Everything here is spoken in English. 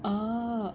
orh